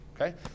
okay